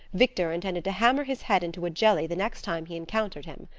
victor intended to hammer his head into a jelly the next time he encountered him.